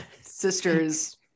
sister's